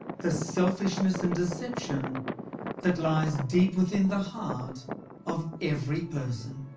the selfishness and deception that lies deep within the heart of every person.